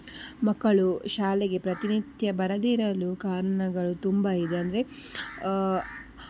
ಮಕ್ಕಳು ಶಾಲೆಗೆ ಪ್ರತಿನಿತ್ಯ ಬರದಿರಲು ಕಾರಣಗಳು ತುಂಬ ಇದೆ ಅಂದರೆ